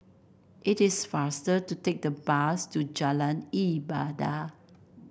it is faster to take the bus to Jalan Ibadat